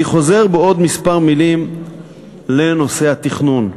אני חוזר בעוד כמה מילים לנושא התכנון.